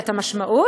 את המשמעות,